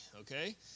Okay